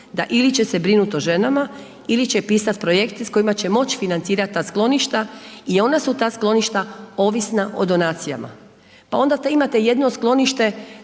da ili će se brinuti o ženama ili će pisati projekt s kojima će moći financirat ta skloništa i onda su ta skloništa ovisna o donacijama. Pa onda imate jedno sklonište